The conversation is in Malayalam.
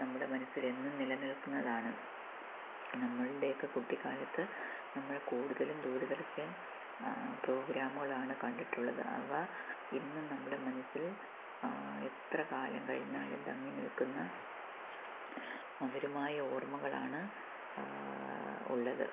നമ്മുടെ മനസ്സിലെന്നും നിലനില്ക്കുന്നതാണ് നമ്മളുടെയൊക്കെ കുട്ടിക്കാലത്ത് നമ്മള് കൂടുതലും ദൂരദര്ശന് പ്രോഗ്രാമുകളാണ് കണ്ടിട്ടുള്ളത് അവ ഇന്നും നമ്മുടെ മനസ്സില് എത്ര കാലം കഴിഞ്ഞാലും തങ്ങിനില്ക്കുന്ന മധുരമായ ഓര്മ്മകളാണ് ഉള്ളത്